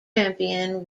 champion